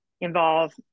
involve